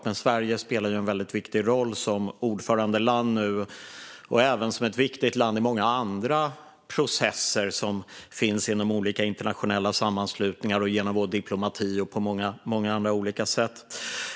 Men Sverige spelar en viktig roll som ordförandeland nu och är ett viktigt land i många andra processer i olika internationella sammanslutningar, genom vår diplomati och på många andra sätt.